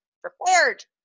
prepared